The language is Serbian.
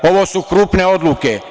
Ovo su krupne odluke.